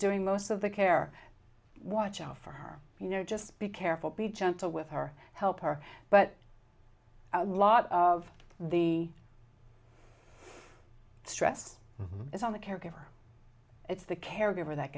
doing most of the care watch out for her you know just be careful be gentle with her help her but lot of the stress is on the caregiver it's the caregiver that